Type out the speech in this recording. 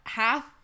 half